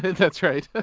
that's right. but